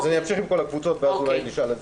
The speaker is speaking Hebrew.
אמשיך עם כל הקבוצות ואז יעלו השאלות.